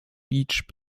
beach